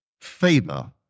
favor